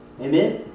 Amen